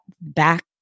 back